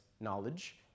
knowledge